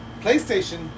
PlayStation